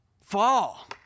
fall